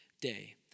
Day